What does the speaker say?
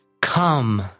come